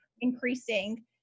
increasing